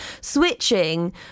switching